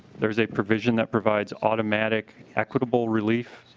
there's a provision that provides automatic equitable relief